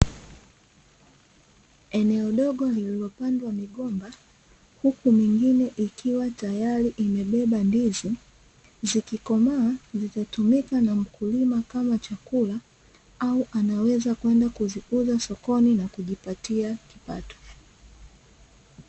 Eneo dogo lililopandwa migomba, huku mingine ikiwa tayari imebeba ndizi, zikikomaa zitatumika na mkulima kama chakula au anaweza kwenda kuziuza sokoni na kujipatia kipato.